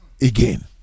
again